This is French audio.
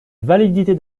validité